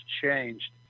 changed